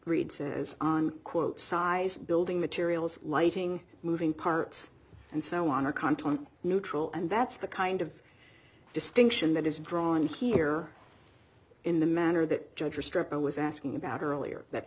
says on quote size building materials lighting moving parts and so on are content neutral and that's the kind of distinction that is drawn here in the manner that judges strip i was asking about earlier that